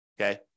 okay